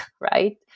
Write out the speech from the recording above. right